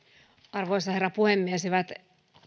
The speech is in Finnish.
arvoisa herra puhemies hyvät